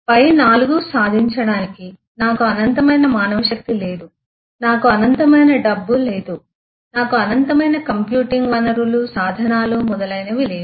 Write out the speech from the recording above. పై 4 సాధించడానికి నాకు అనంతమైన మానవశక్తి లేదు నాకు అనంతమైన డబ్బు లేదు నాకు అనంతమైన కంప్యూటింగ్ వనరులు సాధనాలు మరియు మొదలైనవి లేవు